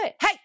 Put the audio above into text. Hey